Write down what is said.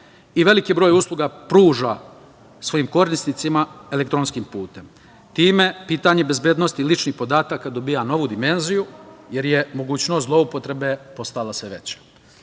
i veliki broj usluga pruža svojim korisnicima elektronskim putem. Time pitanje bezbednosti ličnih podataka dobija novu dimenziju, jer je mogućnost zloupotrebe postala sve veća. Što